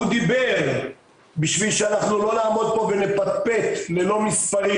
הוא דיבר בשביל שאנחנו לא נעמוד פה ונפטפט ללא מספרים,